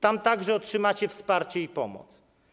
Tam także otrzymacie wsparcie i pomoc.